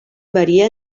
varia